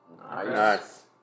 Nice